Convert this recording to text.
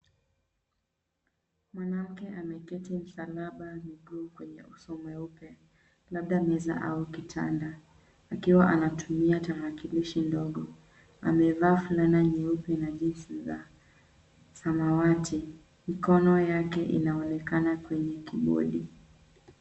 Mwanamke ameketi msalaba miguu kwenye uso mweupe labda meza au kitanda akiwa anatumia tarakilishi ndogo. Amevaa fulana nyeupe na jeans za samawati. Mikono yake inaonekana kwenye kibodi.